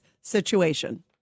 situation